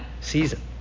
season